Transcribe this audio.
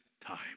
time